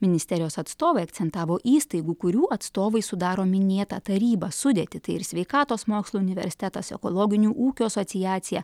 ministerijos atstovai akcentavo įstaigų kurių atstovai sudaro minėtą tarybą sudėtį tai ir sveikatos mokslų universitetas ekologinių ūkių asociacija